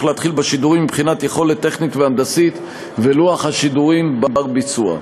להתחיל בשידורים מבחינת יכולת טכנית והנדסית ולוח שידורים בר-ביצוע.